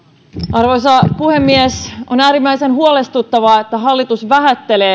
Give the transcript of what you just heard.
arvoisa puhemies on äärimmäisen huolestuttavaa että hallitus vähättelee